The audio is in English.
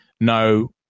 no